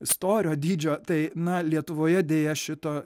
storio dydžio tai na lietuvoje deja šito